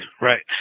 Right